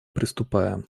приступаем